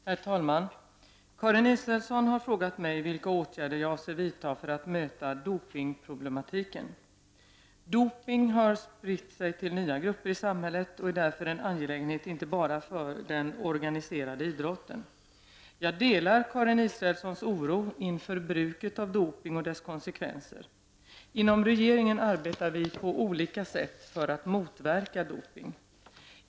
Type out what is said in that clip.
Herr talman! Karin Israelsson har frågat mig vilka åtgärder jag avser vidta för att möta dopingproblematiken. Doping har spritt sig till nya grupper i samhället och är därför en angelägenhet inte bara för den organiserade idrotten. Jag delar Karin Israelssons oro inför bruket av doping och dess konsekvenser. Inom regeringen arbetar vi på olika sätt för att motverka doping.